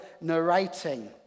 narrating